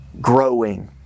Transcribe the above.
growing